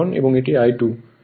এটি এর BC অংশ হয়